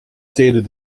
stated